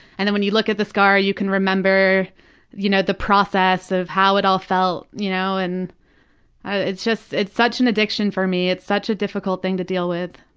and then when you look at the scar you can remember you know the process of how it all felt. you know and ah it's it's such an addiction for me, it's such a difficult thing to deal with.